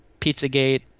Pizzagate